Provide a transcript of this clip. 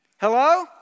Hello